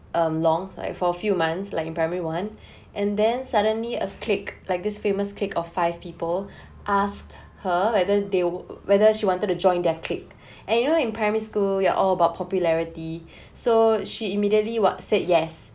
um long like for a few months like in primary one and then suddenly a clique like this famous clique of five people asked her whether they will whether she wanted to join their clique and you know in primary school ya all about popularity so she immediately !wah! said yes